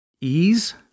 ease